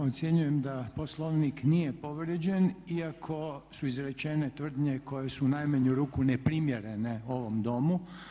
Ocjenjujem da Poslovnik nije povrijeđen, iako su izrečene tvrdnje koje su u najmanju ruku neprimjerene ovom Domu.